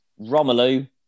romelu